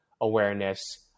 awareness